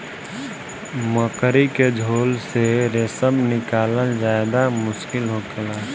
मकड़ी के झोल से रेशम निकालल ज्यादे मुश्किल होखेला